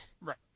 Right